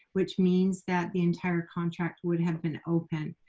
which means that the entire contract would have been open.